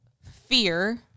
fear